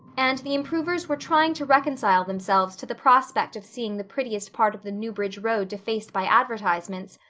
and the improvers were trying to reconcile themselves to the prospect of seeing the prettiest part of the newbridge road defaced by advertisements,